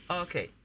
okay